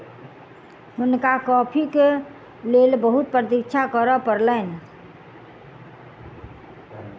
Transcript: हुनका कॉफ़ीक लेल बहुत प्रतीक्षा करअ पड़लैन